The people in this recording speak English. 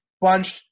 bunched